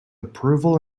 approval